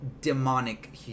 demonic